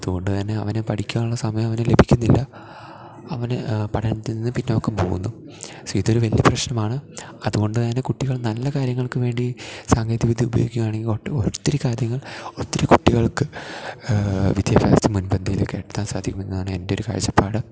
അതുകൊണ്ട് തന്നെ അവനെ പഠിക്കാനുള്ള സമയം അവന് ലഭിക്കുന്നില്ല അവന് പഠനത്തിൽ നിന്ന് പിന്നോക്കം പോകുന്നു സീ ഇതൊരു വലിയ പ്രശ്നമാണ് അതുകൊണ്ട് തന്നെ കുട്ടികൾ നല്ല കാര്യങ്ങൾക്ക് വേണ്ടി സാങ്കേതിക വിദ്യ ഉപയോഗിക്കുയാണെങ്കി ഒട്ടു ഒത്തിരി കാര്യങ്ങൾ ഒത്തിരി കുട്ടികൾക്ക് വിദ്യാഭ്യാസത്തിൽ മുൻപന്തിയിലൊക്കെ എത്താൻ സാധിക്കുമെന്നാണ് എൻ്റെ ഒരു കാഴ്ചപ്പാട്